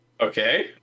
Okay